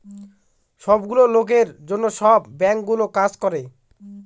সব গুলো লোকের জন্য সব বাঙ্কগুলো কাজ করে